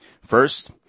First